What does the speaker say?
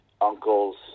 uncles